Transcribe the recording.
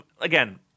again